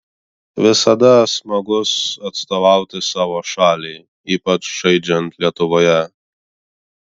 visada smagus atstovauti savo šaliai ypač žaidžiant lietuvoje